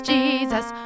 Jesus